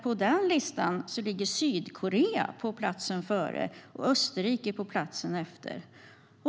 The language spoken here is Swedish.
På den listan ligger Sydkorea på platsen före och Österrike på platsen efter.